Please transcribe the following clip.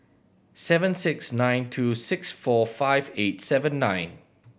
seven six nine two six four five eight seven nine